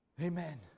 amen